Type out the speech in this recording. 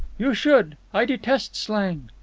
you should. i detest slang.